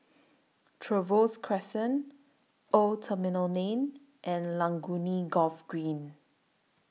Trevose Crescent Old Terminal Lane and Laguna Golf Green